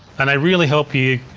and they really help you,